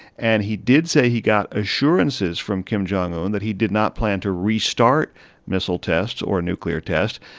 and he did say he got assurances from kim jong un that he did not plan to restart missile tests or a nuclear test.